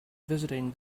visiting